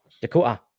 Dakota